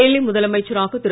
டெல்லி முதலமைச்சராக திரு